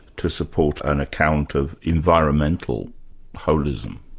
to support an account of environmental wholism?